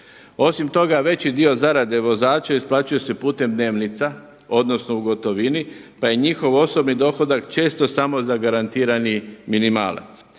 Osim toga veći dio zarade vozača isplaćuje se putem dnevnica odnosno u gotovini pa je njihov osobni dohodak često samo zagarantirani minimalac.